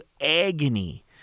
agony